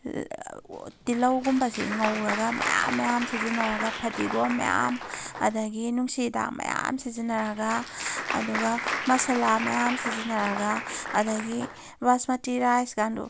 ꯇꯤꯜꯍꯧꯒꯨꯝꯕꯁꯤ ꯉꯧꯔꯒ ꯃꯌꯥꯝ ꯃꯌꯥꯝ ꯁꯤꯖꯤꯟꯅꯔꯒ ꯐꯗꯤꯒꯣꯝ ꯃꯌꯥꯝ ꯑꯗꯨꯗꯒꯤ ꯅꯨꯡꯁꯤꯍꯤꯗꯥꯛ ꯃꯌꯥꯝ ꯁꯤꯖꯤꯟꯅꯔꯒ ꯑꯗꯨꯒ ꯃꯁꯥꯂꯥ ꯃꯌꯥꯝ ꯁꯤꯖꯤꯟꯅꯔꯒ ꯑꯗꯨꯗꯒꯤ ꯕꯥꯁꯃꯥꯇꯤ ꯔꯥꯏꯁ